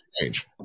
change